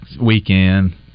weekend